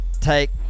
take